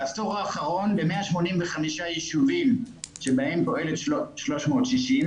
בעשור האחרון ב-185 יישובים שבהם פועלת 360,